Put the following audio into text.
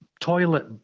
toilet